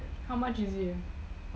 how much is it